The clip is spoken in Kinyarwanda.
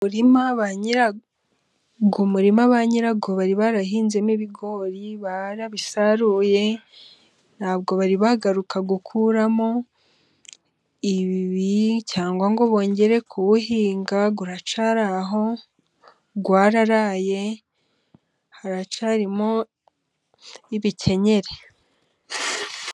Umurima banyirawo bari barahinzemo ibigori barabisaruye ntabwo bari bagaruka gukuramo ibigorigori cyangwa ngo bongere kuwuhinga uracyari aho wararaye haracyarimo ibikenkeri.